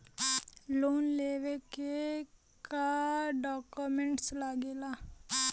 Loan लेवे के का डॉक्यूमेंट लागेला?